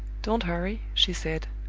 don't hurry, she said.